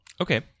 Okay